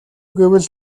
гэвэл